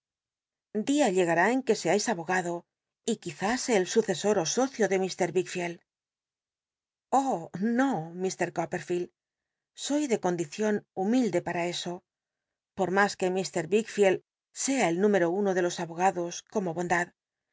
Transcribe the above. dia llegará en que seais abogado y quiz is el sucesor ó sócio de mr wickficld oh no fr copperfield so de condicion humilde para eso pot mas ruc ir wickfleld sea c'l número nno de los abogados como